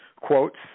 quotes